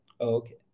Okay